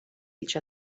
each